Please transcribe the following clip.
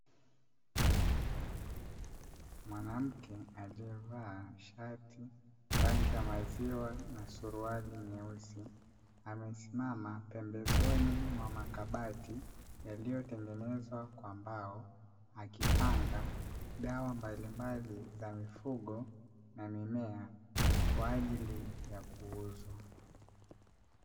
Mwanamke aliyevaa shati rangi ya maziwa na suruali nyeusi. Amesimama pembezoni mwa makabati yaliyotengenezwa kwa mbao akipanga dawa mbalimbali za mifugo na mimea kwa ajili ya kuuza.